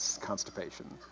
constipation